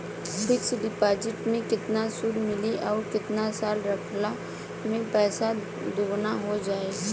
Fix deposit मे केतना सूद मिली आउर केतना साल रखला मे पैसा दोगुना हो जायी?